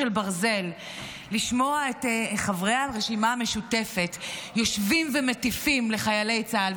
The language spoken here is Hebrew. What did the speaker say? לשמוע את חברי הרשימה המשותפת יושבים ומטיפים לחיילי צה"ל.